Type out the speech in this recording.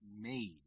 made